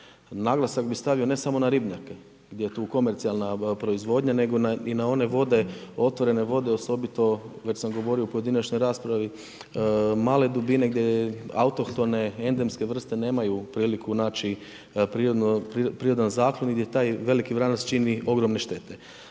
Naglasak bi stavio ne samo na ribnjake gdje je tu komercijalna proizvodnja nego na i na one vode, otvorene vode osobito već sam govorio u pojedinačnoj raspravi male dubine, autohtone endemske vrste nemaju priliku naći prirodnu, prirodan zaklon i gdje taj veliki vranac čini ogromne štete.